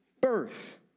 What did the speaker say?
birth